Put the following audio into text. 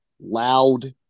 loud